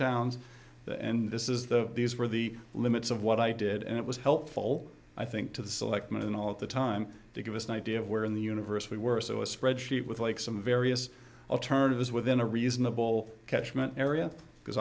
towns and this is the these were the limits of what i did and it was helpful i think to the selectmen all the time to give us an idea of where in the universe we were so a spreadsheet with like some various alternatives within a reasonable catchment area because